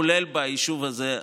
כולל ביישוב הזה עצמו.